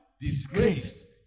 disgraced